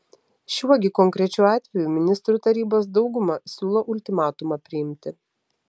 šiuo gi konkrečiu atveju ministrų tarybos dauguma siūlo ultimatumą priimti